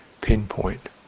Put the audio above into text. pinpoint